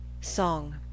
Song